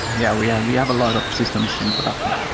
yeah we yeah we have a lot of systems in production.